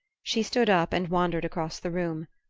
she stood up and wandered across the room.